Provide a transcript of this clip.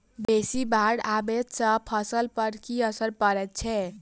बेसी बाढ़ आबै सँ फसल पर की असर परै छै?